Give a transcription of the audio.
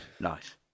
Nice